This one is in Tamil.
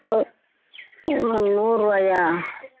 ஓ நூறுபாயா